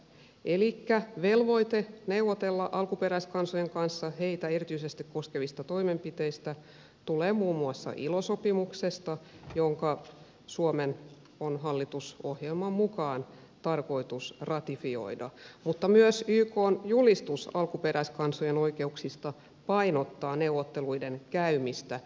elikkä velvoite neuvotella alkuperäiskansojen kanssa heitä erityisesti koskevista toimenpiteistä tulee muun muassa ilo sopimuksesta joka suomen on hallitusohjelman mukaan tarkoitus ratifioida mutta myös ykn julistus alkuperäiskansojen oikeuksista painottaa neuvotteluiden käymistä